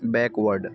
backward